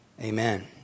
Amen